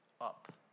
up